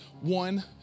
one